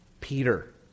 Peter